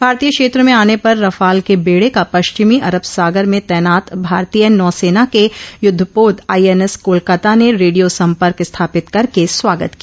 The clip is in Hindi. भारतीय क्षेत्र में आने पर रफाल के बेडे का पश्चिमी अरब सागर में तैनात भारतीय नौसेना के युद्धपोत आईएनएस कोलकाता ने रेडियो संपर्क स्थापित करके स्वागत किया